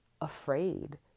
afraid